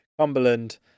Cumberland